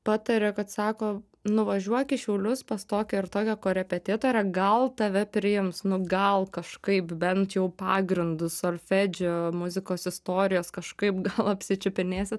patarė kad sako nuvažiuok į šiaulius pas tokią ir tokią korepetitorę gal tave priims nu gal kažkaip bent jau pagrindus solfedžio muzikos istorijos kažkaip gal apsičiupinėsi